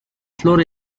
flor